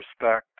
respect